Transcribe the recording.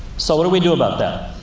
so and we do about that?